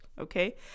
Okay